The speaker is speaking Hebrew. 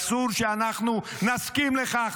אסור שאנחנו נסכים לכך.